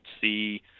see